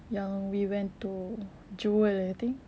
yang we went to jewel eh I think